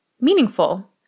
meaningful